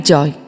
Joy